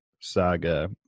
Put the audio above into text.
saga